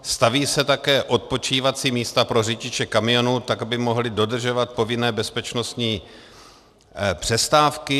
Staví se taky odpočívací místa pro řidiče kamionů, tak aby mohli dodržovat povinné bezpečnostní přestávky.